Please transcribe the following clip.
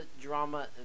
drama